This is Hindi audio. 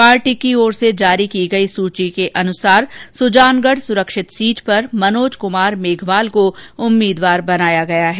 पार्टी की ओर से जारी की गई सूची के अनुसार सुजानगढ सुरक्षित सीट पर मनोज कुमार मेघवाल को उम्मीदवार बनाया गया है